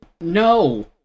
no